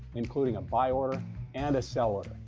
including a buy order and a seller.